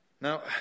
Now